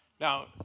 Now